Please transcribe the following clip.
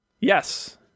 Yes